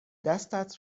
دستت